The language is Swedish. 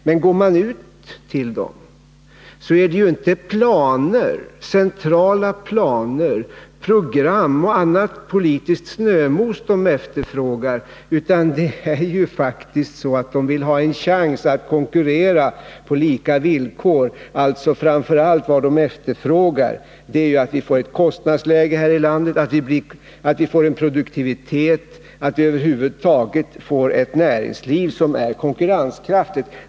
Men det är inte centrala planer, program och annat politiskt snömos som de efterfrågar, utan de vill faktiskt ha en chans att konkurrera på lika villkor. Vad de framför allt efterfrågar är ett annat kostnadsläge här i landet, en högre produktivitet och över huvud taget ett näringsliv som är konkurrenskraftigt.